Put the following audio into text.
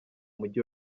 mujyi